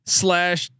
slash